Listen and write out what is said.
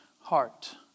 heart